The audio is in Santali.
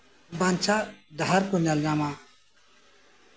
ᱵᱟᱧᱪᱟᱜ ᱰᱟᱦᱟᱨ ᱠᱚ ᱧᱮᱞ ᱧᱟᱢᱟ